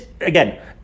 again